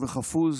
וחפוז